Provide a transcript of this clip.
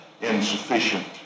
insufficient